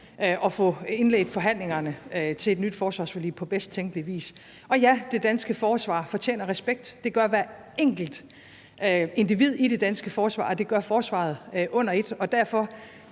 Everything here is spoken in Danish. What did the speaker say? og få indledt forhandlingerne til et nyt forsvarsforlig på bedst tænkelig vis. Og ja, det danske forsvar fortjener respekt; det gør hvert enkelt individ i det danske forsvar, og det gør forsvaret under et, og med